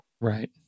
Right